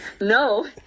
No